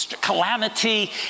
calamity